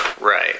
Right